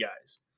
guys